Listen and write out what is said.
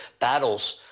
battles